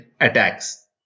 attacks